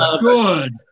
good